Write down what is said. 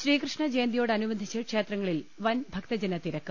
ശ്രീകൃഷ്ണജയന്തിയോടനുബന്ധിച്ച് ക്ഷേത്രങ്ങളിൽ വൻഭക്തജന ത്തിരക്ക്